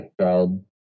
child